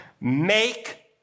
Make